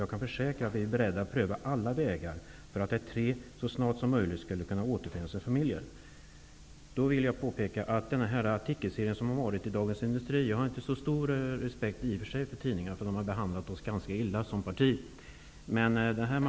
''Jag kan försäkra att vi är beredda att pröva alla vägar för att de tre så snart som möjligt skall kunna återförenas med sina familjer.'' Jag vill också peka på den artikelserie som förekommit i Dagens Industri, en tidning som jag i och för sig inte har så stor respekt för, eftersom den har behandlat mitt parti ganska illa.